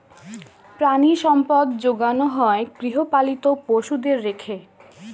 প্রাণিসম্পদ যোগানো হয় গৃহপালিত পশুদের রেখে